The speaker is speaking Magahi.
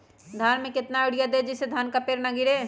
धान में कितना यूरिया दे जिससे धान का पेड़ ना गिरे?